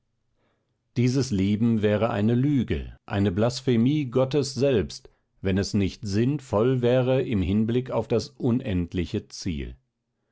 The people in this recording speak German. dieses leben wäre eine lüge eine blasphemie gottes selbst wenn es nicht sinn voll wäre im hinblick auf das unendliche ziel